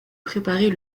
préparer